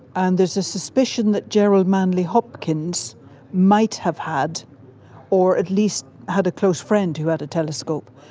and there's a suspicion that gerard manley hopkins might have had or at least had a close friend who had a telescope,